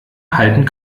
halten